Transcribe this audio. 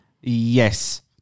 Yes